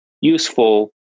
useful